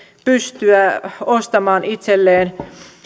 pystyä ostamaan itselleen